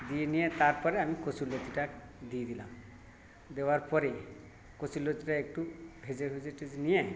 দিয়ে নিয়ে তারপরে আমি কচুরলতিটা দিয়ে দিলাম দেওয়ার পরে কচুরলতিটা একটু ভেজে ভেজে টেজে নিয়ে